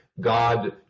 God